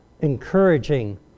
encouraging